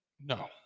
No